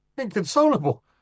Inconsolable